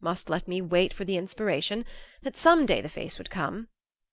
must let me wait for the inspiration that some day the face would come